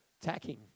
tacking